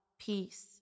peace